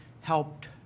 helped